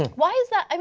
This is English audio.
why is that? um